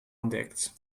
ontdekt